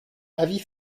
avis